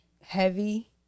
heavy